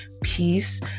peace